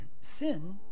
sin